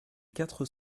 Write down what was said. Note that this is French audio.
quatre